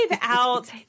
out